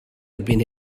erbyn